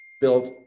built